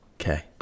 Okay